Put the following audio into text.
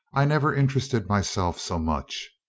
i never interested myself so much.